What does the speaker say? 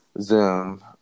Zoom